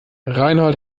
reinhold